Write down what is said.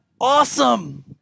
awesome